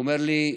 הוא אמר לי: